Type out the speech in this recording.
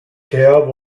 care